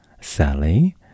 Sally